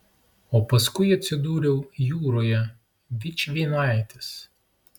o paskui atsidūriau jūroje vičvienaitis